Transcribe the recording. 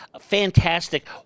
Fantastic